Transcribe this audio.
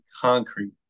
concrete